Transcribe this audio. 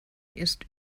ist